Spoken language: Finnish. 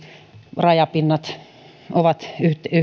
rajapinnat ovat